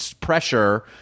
pressure